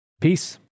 Peace